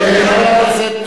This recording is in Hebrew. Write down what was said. חבר הכנסת,